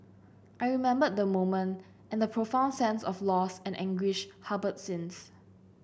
I remember the moment and the profound sense of loss and anguish harboured since